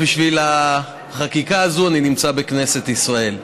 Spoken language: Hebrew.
בשביל החקיקה הזאת אני נמצא בכנסת ישראל.